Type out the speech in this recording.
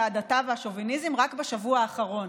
ההדתה והשוביניזם רק בשבוע האחרון: